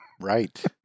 Right